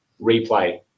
replay